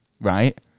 right